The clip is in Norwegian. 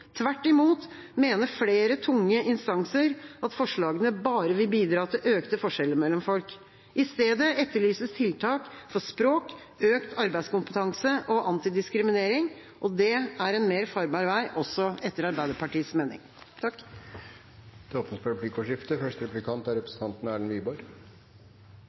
Tvert imot mener flere tunge instanser at forslagene bare vil bidra til økte forskjeller mellom folk. I stedet etterlyses tiltak for språk, økt arbeidskompetanse og antidiskriminering. Det er en mer farbar vei, også etter Arbeiderpartiets mening. Det blir replikkordskifte.